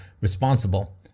responsible